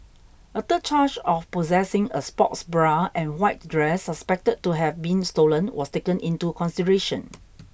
a third charge of possessing a sports bra and white dress suspected to have been stolen was taken into consideration